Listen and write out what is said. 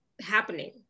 happening